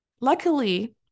Luckily